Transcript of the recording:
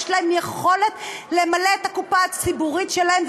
ויש להן יכולת למלא את הקופה הציבורית שלהן,